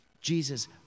Jesus